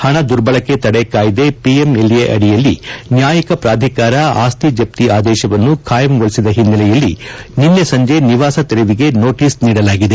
ಹಣ ದುರ್ಬಳಕೆ ತಡೆ ಕಾಯಿದೆ ಪಿಎಂಎಲ್ಎ ಅಡಿಯಲ್ಲಿ ನ್ಯಾಯಿಕ ಪ್ರಾಧಿಕಾರ ಆಸ್ತಿ ಜಪ್ತಿ ಆದೇಶವನ್ನು ಕಾಯಂಗೊಳಿಸಿದ ಹಿನ್ನೆಲೆಯಲ್ಲಿ ನಿನ್ನೆ ಸಂಜೆ ನಿವಾಸ ತೆರವಿಗೆ ನೋಟಿಸ್ ನೀಡಲಾಗಿದೆ